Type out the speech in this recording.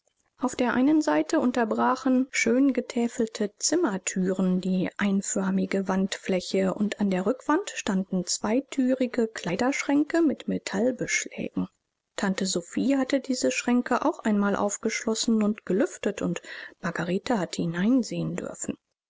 auf der einen seite unterbrachen schöngetäfelte zimmerthüren die einförmige wandfläche und an der rückwand standen zweithürige kleiderschränke mit metallbeschlägen tante sophie hatte diese schränke auch einmal aufgeschlossen und gelüftet und margarete hatte hineinsehen dürfen